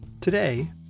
Today